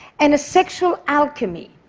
and a sexual alchemy.